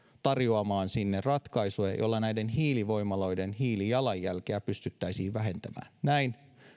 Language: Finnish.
tarjoamaan sinne ratkaisuja joilla näiden hiilivoimaloiden hiilijalanjälkeä pystyttäisiin vähentämään näin